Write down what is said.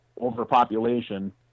overpopulation